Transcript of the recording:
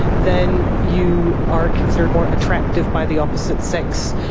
then you are considered more attractive by the opposite sex,